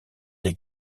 des